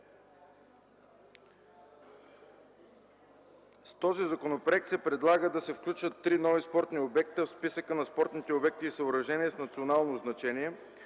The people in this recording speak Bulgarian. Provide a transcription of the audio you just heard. С този законопроект се предлага да се включат три нови спортни обекта в списъка на спортните обекти и съоръжения с национално значение,